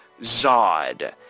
Zod